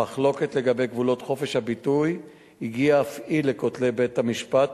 המחלוקת לגבי גבולות חופש הביטוי הגיעה אף היא לכותלי בית-המשפט,